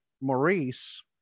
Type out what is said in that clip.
Maurice